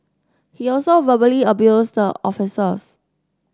he also verbally abused the officers